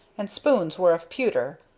and spoons were of pewter,